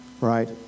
right